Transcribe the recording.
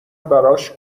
براش